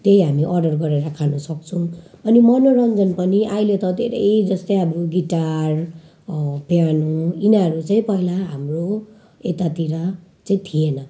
त्यही हामी अर्डर गरेर खानु सक्छौँ अनि मनोरञ्जन पनि अहिले त धेरै जस्तै अब गिटार पियानो यिनीहरू चाहिँ पहिला हाम्रो यतातिर चाहिँ थिएन